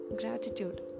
Gratitude